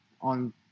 on